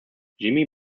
jimmy